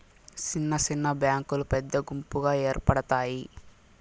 సిన్న సిన్న బ్యాంకులు పెద్ద గుంపుగా ఏర్పడుతాయి